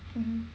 mmhmm